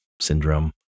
syndrome